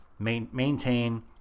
maintain